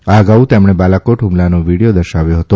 આ અગાઉ તેમણે બાલાકોટ હ્મલાનો વીડીયો દર્શાવ્યો હતો